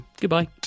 goodbye